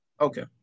Okay